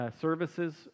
Services